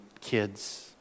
kids